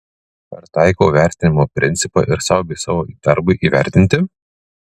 ar taikau vertinimo principą ir sau bei savo darbui įvertinti